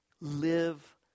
live